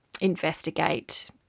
investigate